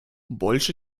больше